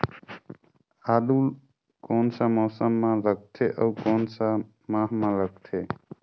आलू कोन सा मौसम मां लगथे अउ कोन सा माह मां लगथे?